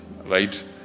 right